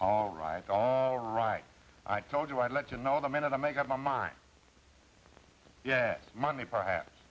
all right all right i told you i'd like to know what i mean and i make up my mind yet money perhaps